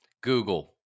Google